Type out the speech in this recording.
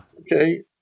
Okay